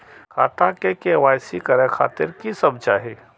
खाता के के.वाई.सी करे खातिर की सब चाही?